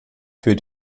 für